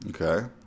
okay